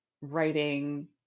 writing